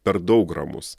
per daug ramus